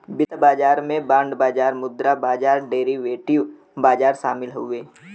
वित्तीय बाजार में बांड बाजार मुद्रा बाजार डेरीवेटिव बाजार शामिल हउवे